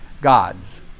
gods